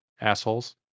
assholes